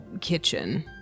kitchen